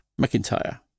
McIntyre